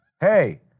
hey